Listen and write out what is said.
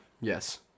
Yes